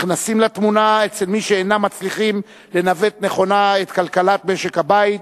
נכנסים לתמונה אצל מי שאינם מצליחים לנווט נכונה את כלכלת משק-הבית,